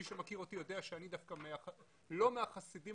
מי שמכיר אותי יודע שאני דווקא לא מהחסידים